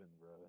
bro